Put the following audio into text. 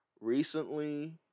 recently